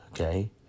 okay